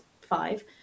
five